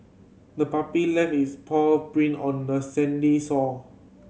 the puppy left its paw print on the sandy shore